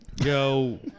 Yo